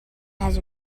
has